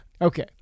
Okay